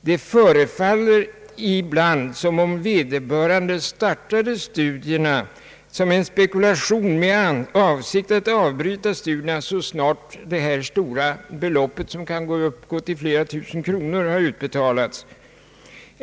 Det förefaller ibland som om vederbörande startade studierna som en spekulation med avsikt att avbryta dem så snart det stora beloppet, som det här är fråga om och som kan uppgå till några tusen kronor, har utbetalats.